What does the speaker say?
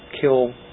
kill